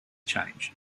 change